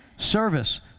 Service